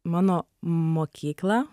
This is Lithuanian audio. mano mokyklą